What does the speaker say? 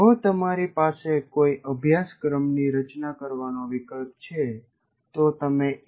જો તમારી પાસે કોઈ અભ્યાસક્રમની રચના કરવાનો વિકલ્પ છે તો તમે એ